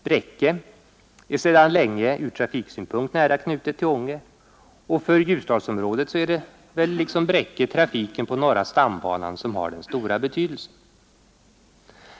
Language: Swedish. Bräcke är sedan länge ur trafiksynpunkt nära knutet till Änge, och för Ljusdalsområdet är det väl, liksom för Bräcke, trafiken på norra stambanan som har den stora betydelsen.